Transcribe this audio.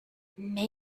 may